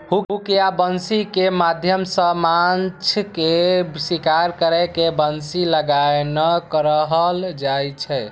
hook या बंसी के माध्यम सं माछ के शिकार करै के बंसी लगेनाय कहल जाइ छै